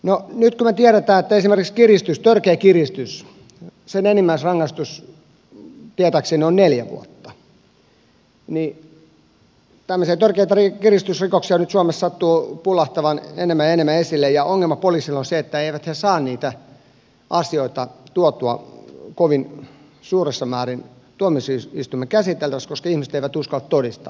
no nyt kun me tiedämme että esimerkiksi törkeän kiristyksen enimmäisrangaistus tietääkseni on neljä vuotta niin tämmöisiä törkeitä kiristysrikoksia nyt suomessa sattuu pullahtamaan enemmän ja enemmän esille ja ongelma poliisille on se että eivät he saa niitä asioita tuotua kovin suuressa määrin tuomioistuimen käsiteltäväksi koska ihmiset eivät uskalla todistaa